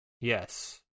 Yes